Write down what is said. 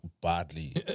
badly